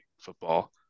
football